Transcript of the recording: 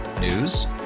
News